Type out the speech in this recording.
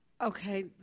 Okay